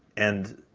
and